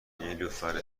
نیلوفر